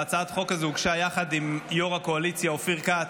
והצעת החוק הזו הוגשה יחד עם ראש הקואליציה אופיר כץ,